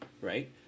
right